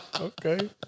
okay